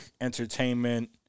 Entertainment